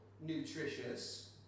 nutritious